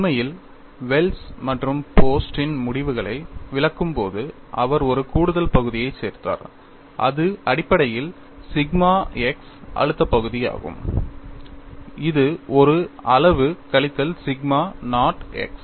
உண்மையில் வெல்ஸ் மற்றும் போஸ்டின் முடிவுகளை விளக்கும் போது அவர் ஒரு கூடுதல் பகுதியைச் சேர்த்தார் இது அடிப்படையில் சிக்மா x அழுத்த பகுதியாகும் இது ஒரு அளவு கழித்தல் சிக்மா நாட் x